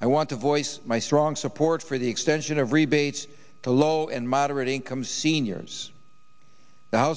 i want to voice my strong support for the extension of rebates to low and moderate income seniors th